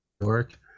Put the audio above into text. work